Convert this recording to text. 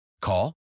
Call